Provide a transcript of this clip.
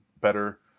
better